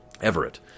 Everett